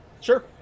Sure